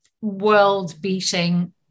world-beating